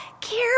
care